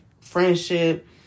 friendship